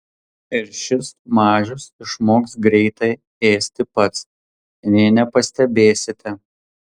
ir šis mažius išmoks greitai ėsti pats nė nepastebėsite